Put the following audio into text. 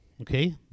okay